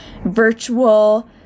virtual